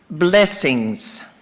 blessings